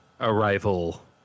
arrival